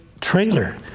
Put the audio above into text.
trailer